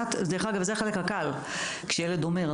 דרך אגב, זה החלק הקל כשילד אומר.